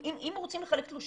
אם רוצים לחלק תלושים,